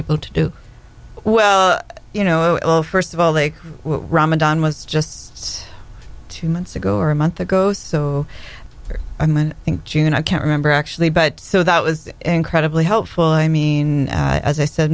able to well you know first of all they ramadan was just two months ago or a month ago so i'm i think june i can't remember actually but so that was incredibly helpful i mean as i said